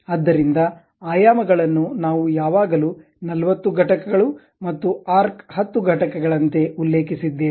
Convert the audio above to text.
ಆದ್ದರಿಂದ ಆಯಾಮಗಳನ್ನು ನಾವು ಯಾವಾಗಲೂ 40 ಘಟಕಗಳು ಮತ್ತು ಆರ್ಕ್ 10 ಘಟಕಗಳಂತೆ ಉಲ್ಲೇಖಿಸಿದ್ದೇವೆ